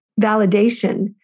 validation